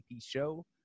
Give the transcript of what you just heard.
Show